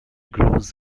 grows